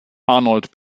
arnold